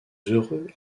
heureux